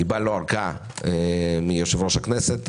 קיבלנו אורכה מיושב-ראש הכנסת,